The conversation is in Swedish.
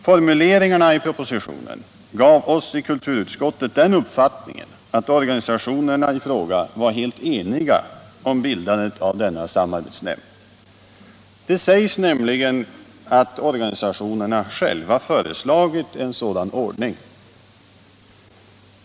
Formuleringarna i propositionen gav oss i kulturutskottet den uppfattningen att organisationerna i fråga var helt eniga om bildandet av denna samarbetsnämnd. Det sägs nämligen att organisationerna själva föreslagit en sådan ordning.